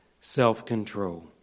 self-control